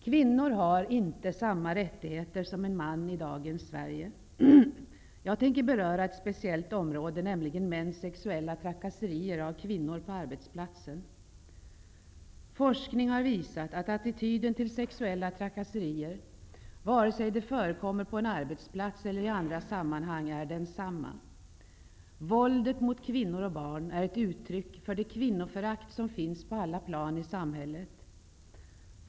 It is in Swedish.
Kvinnor har inte samma rättigheter som män i dagens Sverige. Jag tänker beröra ett speciellt område, nämligen mäns sexuella trakasserier av kvinnor på arbetsplatsen. Forskning har visat att attityden till sexuella trakasserier, vare sig de förekommer på en arbetsplats eller i andra sammanhang, är densamma. Våldet mot kvinnor och barn är ett uttryck för det kvinnoförakt som finns på alla plan i samhället.